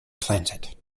planted